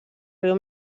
riu